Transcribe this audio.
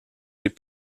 les